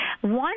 one